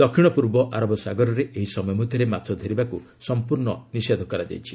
ଦକ୍ଷିଣ ପୂର୍ବ ଆରବ ସାଗରରେ ଏହି ସମୟ ମଧ୍ୟରେ ମାଛ ଧରିବାକୁ ସମ୍ପର୍ଷ୍ଣ ନିଷେଧ କରାଯାଇଛି